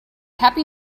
happy